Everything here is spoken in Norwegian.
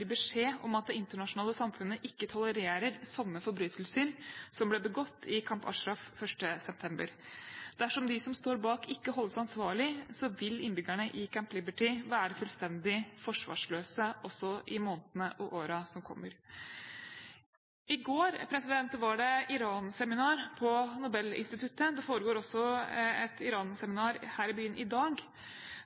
beskjed om at det internasjonale samfunnet ikke tolererer sånne forbrytelser som ble begått i Camp Ashraf 1. september. Dersom de som står bak, ikke holdes ansvarlig, vil innbyggerne i Camp Liberty være fullstendig forsvarsløse også i månedene og årene som kommer. I går var det Iran-seminar på Nobelinstituttet. Det foregår også et Iran-seminar her i byen i dag.